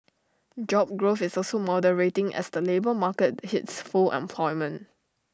job growth is also moderating as the labour market hits full employment